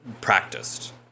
practiced